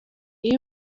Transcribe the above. iyo